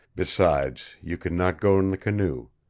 besides, you could not go in the canoe.